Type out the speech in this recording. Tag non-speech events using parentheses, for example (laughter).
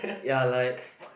ya like (noise)